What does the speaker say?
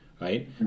right